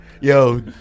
Yo